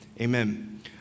Amen